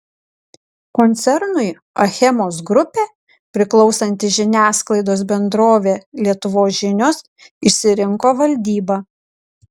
koncernui achemos grupė priklausanti žiniasklaidos bendrovė lietuvos žinios išsirinko valdybą